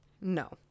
no